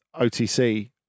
OTC